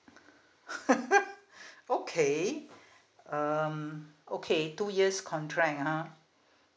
okay um okay two years contract ah